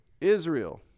Israel